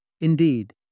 Indeed